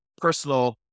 personal